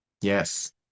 Yes